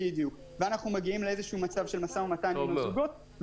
ואנחנו מגיעים למצב של משא ומתן עם הזוגות,